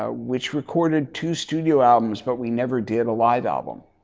ah which recorded two studio albums but we never did a live album.